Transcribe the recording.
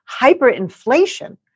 hyperinflation